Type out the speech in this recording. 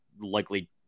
likely